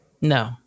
no